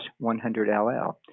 100LL